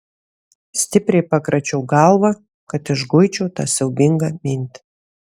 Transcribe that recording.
stipriai pakračiau galvą kad išguičiau tą siaubingą mintį